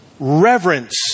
reverence